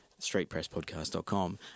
streetpresspodcast.com